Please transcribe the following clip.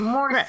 More